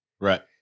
right